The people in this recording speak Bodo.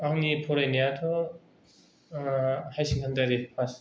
आंनि फरायनाया थ' हायार सेकेन्डारि पास